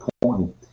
point